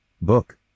Book